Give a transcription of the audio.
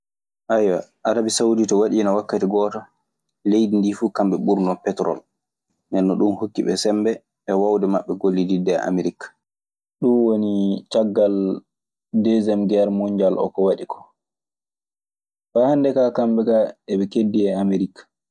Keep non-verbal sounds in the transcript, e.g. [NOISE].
[HESITATION] Arabi Sawdit waɗiino wakkati gooto leydi ndii fu kamɓe ɓurnoo petrol. Ndennon ɗun hokkiɓe sembe e wawde maɓɓe gollididde e Amerik. Ɗun woni caggal deesem geer monjal oo ko waɗi koo. Faa hannde kaa, kamɓe kaa eɓe keddii e Amerik.